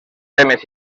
temes